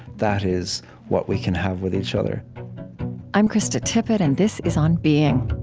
that is what we can have with each other i'm krista tippett, and this is on being